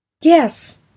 Yes